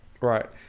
Right